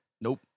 Nope